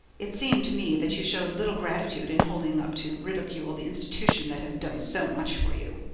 it seemed to me that you showed little gratitude in holding up to ridicule the institution that has done so much for you.